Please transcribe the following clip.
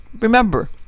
remember